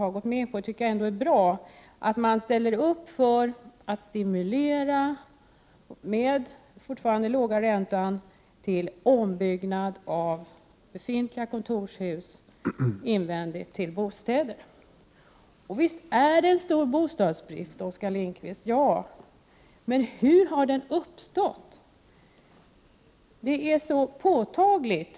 Jag tycker det är bra att man ställer upp för att stimulera till ombyggnad av befintliga kontorshus invändigt till bostäder, med hjälp av den fortfarande låga räntan. Visst är det en stor bostadsbrist, Oskar Lindkvist, men hur har den 16 december 1988 uppstått?